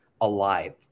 alive